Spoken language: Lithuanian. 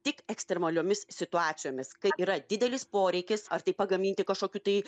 tik ekstremaliomis situacijomis kai yra didelis poreikis ar tai pagaminti kažkokių tai